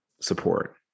support